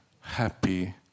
happy